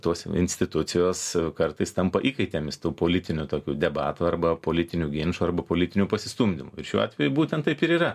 tos institucijos kartais tampa įkaitėmis tų politinių tokių debatų arba politinių ginčų arba politinių pasistumdymų ir šiuo atveju būtent taip ir yra